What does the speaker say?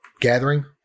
Gathering